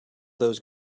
those